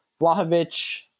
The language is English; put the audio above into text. Vlahovic